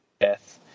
death